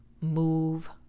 move